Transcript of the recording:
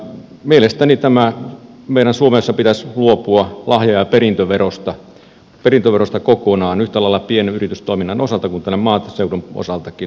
mielestäni meidän suomessa pitäisi luopua lahja ja perintöverosta kokonaan yhtä lailla pienyritystoiminnan osalta kuin maaseudun osaltakin